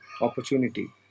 Opportunity